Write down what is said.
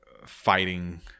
...fighting